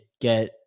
get